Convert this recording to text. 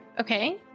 Okay